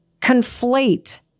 conflate